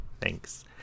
Thanks